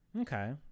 Okay